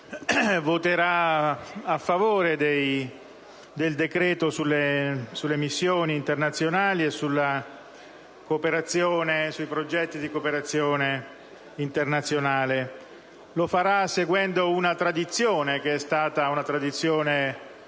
voterà a favore del decreto sulle missioni internazionali e sui progetti di cooperazione internazionale. Lo farà seguendo una tradizione ormai consolidata nel